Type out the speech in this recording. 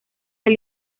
del